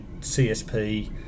CSP